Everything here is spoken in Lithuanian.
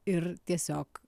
ir tiesiog